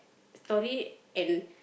story end